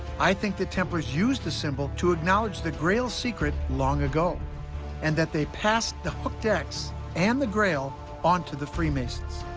i think the templars used the symbol to acknowledge the grail secret long ago and that they passed the hooked x and the grail on to the freemasons.